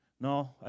No